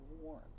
warm